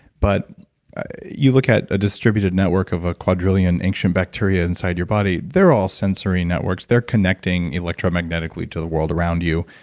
but you look at a distributed network of a quadrillion ancient bacteria inside your body, they're all sensory networks, they're connecting electromagnetically to the world around you.